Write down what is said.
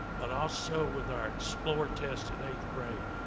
but also with our explore test in eighth grade.